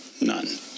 none